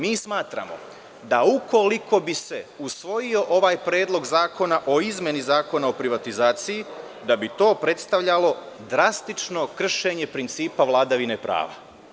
Mi smatramo, ukoliko bi se usvojio ovaj Predlog zakona o izmeni Zakona o privatizaciji, da bi to predstavljalo drastično kršenje principa vladavine prava.